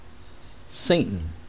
Satan